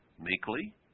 meekly